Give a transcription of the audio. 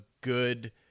good